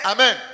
Amen